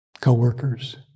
co-workers